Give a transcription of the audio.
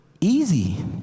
easy